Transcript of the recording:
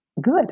good